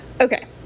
Okay